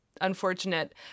unfortunate